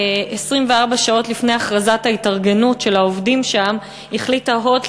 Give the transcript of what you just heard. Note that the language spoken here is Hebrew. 24 שעות לפני ההתארגנות של העובדים שם החליטה "הוט"